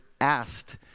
asked